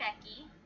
becky